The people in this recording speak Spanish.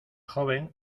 joven